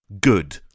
good